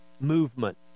Movement